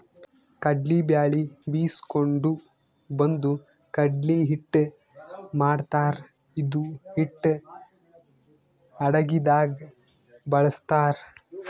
ಕಡ್ಲಿ ಬ್ಯಾಳಿ ಬೀಸ್ಕೊಂಡು ಬಂದು ಕಡ್ಲಿ ಹಿಟ್ಟ್ ಮಾಡ್ತಾರ್ ಇದು ಹಿಟ್ಟ್ ಅಡಗಿದಾಗ್ ಬಳಸ್ತಾರ್